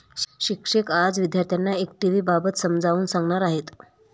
शिक्षक आज विद्यार्थ्यांना इक्विटिबाबत समजावून सांगणार आहेत